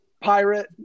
Pirate